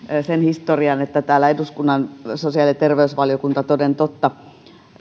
sen historian että täällä eduskunnan sosiaali ja terveysvaliokunta toden totta